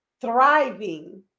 thriving